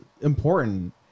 important